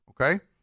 Okay